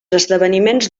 esdeveniments